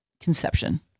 conception